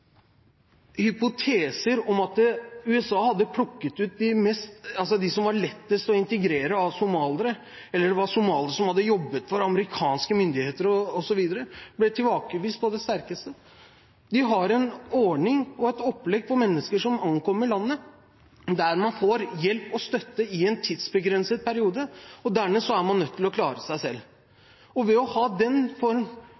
Hypoteser om at USA hadde plukket ut de somalierne som var lettest å integrere, at det var somaliere som hadde jobbet for amerikanske myndigheter osv., ble tilbakevist på det sterkeste. De har en ordning og et opplegg for mennesker som ankommer landet, der man får hjelp og støtte i en tidsbegrenset periode. Dernest er man nødt til å klare seg